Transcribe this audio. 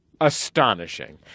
astonishing